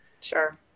Sure